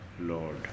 lord